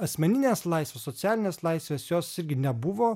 asmeninės laisvės socialinės laisvės jos irgi nebuvo